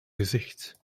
gezicht